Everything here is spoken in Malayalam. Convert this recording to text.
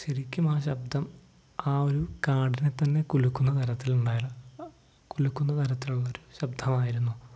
ശരിക്കുമാ ശബ്ദം ആ ഒരു കാടിനെത്തന്നെ കുലുക്കുന്ന തരത്തിലുണ്ടായി കുലുക്കുന്ന തരത്തിലുള്ളൊരു ശബ്ദമായിരുന്നു